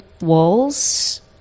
Walls